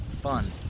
fun